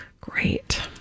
Great